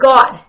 God